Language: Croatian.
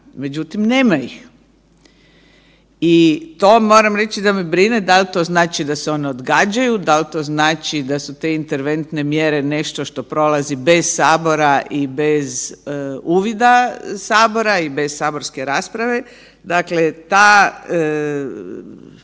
međutim nema ih. I to moram reći da me brine, dal to znači da se one odgađaju, dal to znači da su te interventne mjere nešto što prolazi bez Sabora i bez uvida Sabora i bez saborske rasprave? Dakle, ta